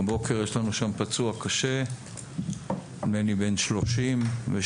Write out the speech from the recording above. הבוקר יש לנו שם פצוע קשה בן 30 ושתי